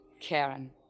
Karen